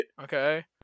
Okay